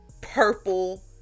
purple